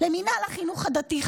למינהל החינוך הדתי,